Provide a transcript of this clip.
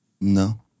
No